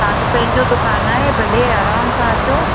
तव्हांजो पंहिंजो दुकानु आहे भले आरामु सां अचो